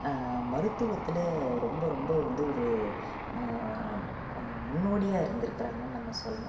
மருத்துவத்தில் ரொம்ப ரொம்ப வந்து ஒரு முன்னோடியாக இருந்திருக்கறாங்கன்னு நம்ம சொல்லணும்